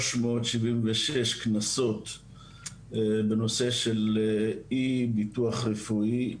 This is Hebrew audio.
מאות שבעים ושש קנסות בנושא של אי ביטוח רפואי.